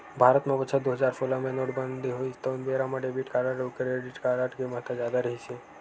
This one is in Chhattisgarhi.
भारत म बछर दू हजार सोलह मे नोटबंदी होइस तउन बेरा म डेबिट कारड अउ क्रेडिट कारड के महत्ता जादा रिहिस हे